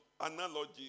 analogy